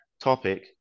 topic